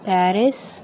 Paris